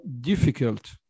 difficult